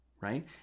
Right